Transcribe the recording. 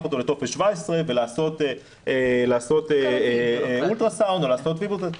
אותו לטופס 17 ולעשות אולטרסאונד או לעשות --- כרגיל.